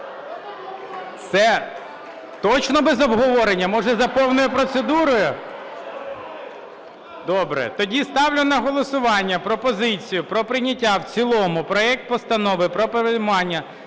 Точно без обговорення? Може за повною процедурою? Добре. Тоді ставлю на голосування пропозицію про прийняття в цілому проект Постанови про перейменування